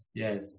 yes